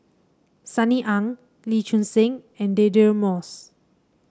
Sunny Ang Lee Choon Seng and Deirdre Moss